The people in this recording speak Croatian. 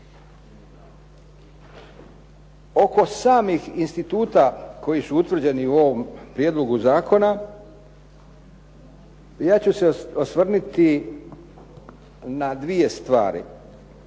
Oko samih instituta koji su utvrđeni u ovom prijedlogu zakona ja ću se osvrnuti na dvije stvari.